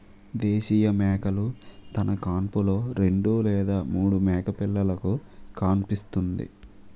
దేశీయ మేకలు తన కాన్పులో రెండు లేదా మూడు మేకపిల్లలుకు కాన్పుస్తుంది